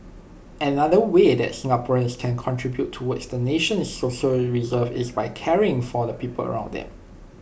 another way that Singaporeans can contribute towards the nation's social reserves is by caring for the people around them